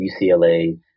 UCLA